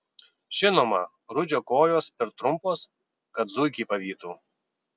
žinoma rudžio kojos per trumpos kad zuikį pavytų